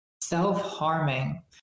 self-harming